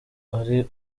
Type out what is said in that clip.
ari